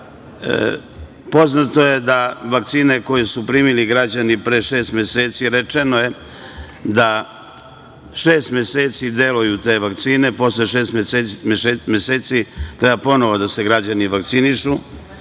Poznato je da vakcine koje su primili građani pre šest meseci, rečeno je da šest meseci deluju te vakcine, posle šest meseci treba ponovo građani da se vakcinišu.